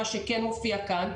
מה שכן מופיע כאן,